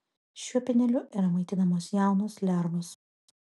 šiuo pieneliu yra maitinamos jaunos lervos